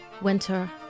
winter